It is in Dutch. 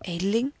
edeling